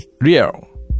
real